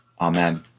Amen